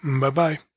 Bye-bye